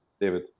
David